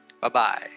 Bye-bye